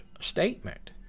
statement